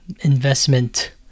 investment